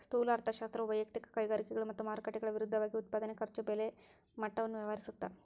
ಸ್ಥೂಲ ಅರ್ಥಶಾಸ್ತ್ರವು ವಯಕ್ತಿಕ ಕೈಗಾರಿಕೆಗಳು ಮತ್ತ ಮಾರುಕಟ್ಟೆಗಳ ವಿರುದ್ಧವಾಗಿ ಉತ್ಪಾದನೆ ಖರ್ಚು ಬೆಲೆ ಮಟ್ಟವನ್ನ ವ್ಯವಹರಿಸುತ್ತ